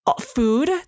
food